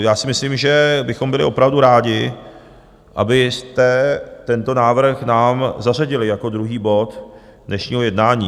Já si myslím, že bychom byli opravdu rádi, abyste tento návrh nám zařadili jako druhý bod dnešního jednání.